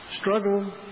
Struggle